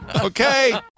Okay